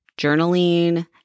journaling